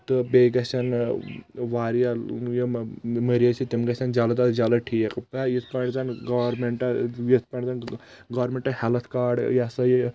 تہٕ بییٚہِ گژھَن واریاہ یِم مٔریض چھِ تِم گژھن جلد از جلد ٹھیٖک یتھ پٲٹھۍ زن گورمینٛٹن یتھ پٲٹھۍ زن گورمینٛٹن ہیٚلتھ کاڑ یہ ہسا یہِ